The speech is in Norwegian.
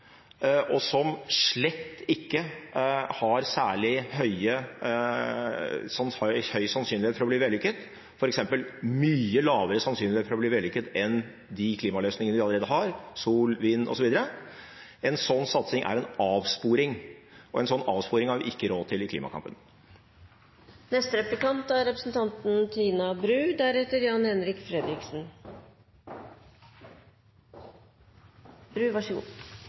og som slett ikke har særlig høy sannsynlighet for å bli vellykket, f.eks. mye lavere sannsynlighet for å bli vellykket enn de klimaløsningene vi allerede har, som sol, vind osv. – en sånn satsing er en avsporing. Og en sånn avsporing har vi ikke råd til i